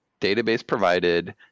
database-provided